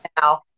now